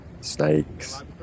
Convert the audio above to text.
snakes